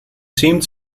seemed